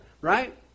right